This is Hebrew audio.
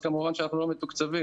אז כמובן שאנחנו לא מתוקצבים.